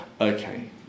Okay